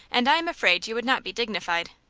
and i am afraid you would not be dignified.